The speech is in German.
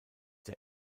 der